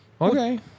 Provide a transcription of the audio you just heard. okay